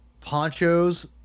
ponchos